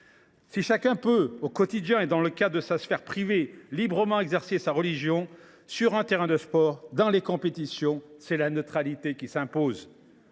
Si chacun peut, au quotidien et dans le cadre de sa sphère privée, librement pratiquer sa religion, sur un terrain de sport et lors des compétitions, c’est la neutralité qui s’impose.